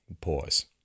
pause